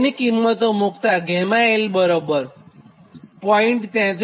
તેની કિંમત મુક્તાં 𝛾l બરાબર 0